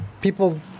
people